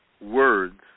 words